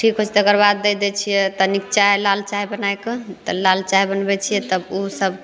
ठीक होइ छै तकर बाद दै दै छिए तनिक चाइ लाल चाइ बनैके तऽ लाल चाइ बनबै छिए तऽ ओसब